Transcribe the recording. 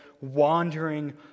wandering